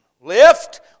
Lift